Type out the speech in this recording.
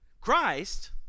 Christ